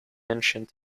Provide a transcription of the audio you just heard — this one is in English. ancient